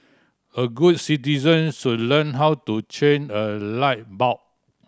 all good citizen should learn how to change a light bulb